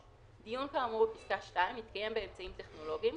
(3)דיון כאמור בפסקה (2) יתקיים באמצעים טכנולוגיים,